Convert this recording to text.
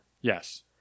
Yes